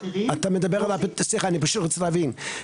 אני רוצה להבין,